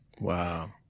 Wow